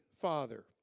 Father